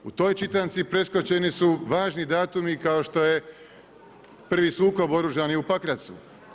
U toj čitanci preskočeni su važni datumi kao što je prvi sukob održani u Pakracu.